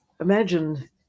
imagine